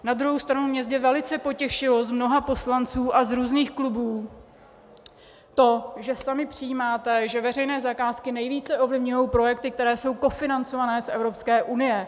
Na druhou stranu mě zde velice potěšilo od mnoha poslanců a z různých klubů to, že sami přijímáte, že veřejné zakázky nejvíce ovlivňují projekty, které jsou kofinancované z Evropské unie.